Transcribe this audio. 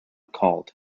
called